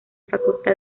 facultad